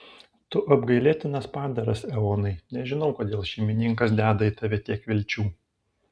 tu apgailėtinas padaras eonai nežinau kodėl šeimininkas deda į tave tiek vilčių